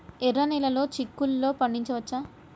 ఎర్ర నెలలో చిక్కుల్లో పండించవచ్చా?